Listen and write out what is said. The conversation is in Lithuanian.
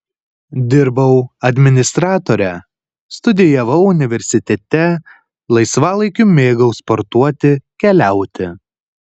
dirbau administratore studijavau universitete laisvalaikiu mėgau sportuoti keliauti